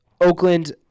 Oakland